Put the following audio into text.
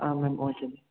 ꯑꯥ ma'am ꯑꯣꯏꯒꯅꯤ